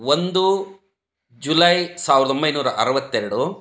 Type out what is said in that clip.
ಒಂದು ಜುಲೈ ಸಾವಿರದ ಒಂಬೈನೂರ ಅರುವತ್ತೆರಡು